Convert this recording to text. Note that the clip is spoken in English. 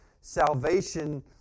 salvation